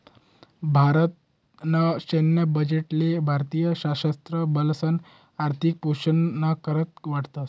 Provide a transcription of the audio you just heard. भारत ना सैन्य बजेट ले भारतीय सशस्त्र बलेसना आर्थिक पोषण ना करता वाटतस